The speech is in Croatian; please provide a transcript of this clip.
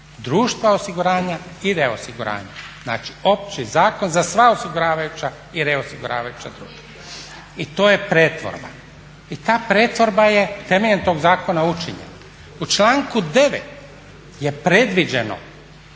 Društva osiguranja i reosiguranja. Znači, opći zakon za sva osiguravajuća i reosiguravajuća društva. I to je pretvorba. I ta pretvorba je temeljem tog zakona učinjena. U članku 9. je predviđeno